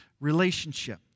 relationship